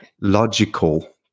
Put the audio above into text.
logical